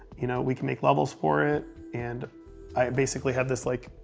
you know, we can make levels for it, and i basically had this, like,